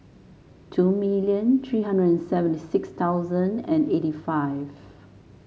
two million three hundred and seventy six thousand and eighty five